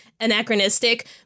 anachronistic